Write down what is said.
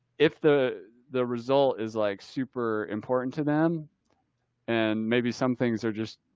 if the, the result is like super important to them and maybe some things are just,